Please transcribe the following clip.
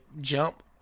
jump